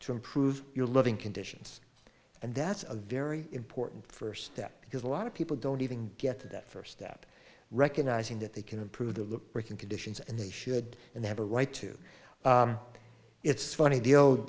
to improve your living conditions and that's a very important first step because a lot of people don't even get to that first step recognizing that they can improve the working conditions and they should and they have a right to it's funny